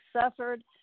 suffered